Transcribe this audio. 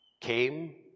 came